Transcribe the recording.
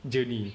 journey